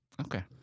Okay